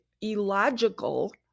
illogical